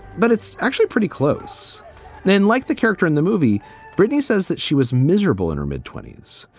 but it's actually pretty close then, like the character in the movie britney says that she was miserable in her mid twenty s.